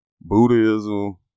buddhism